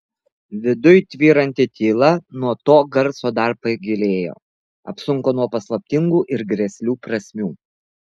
viduj tvyranti tyla nuo to garso dar pagilėjo apsunko nuo paslaptingų ir grėslių prasmių